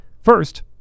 First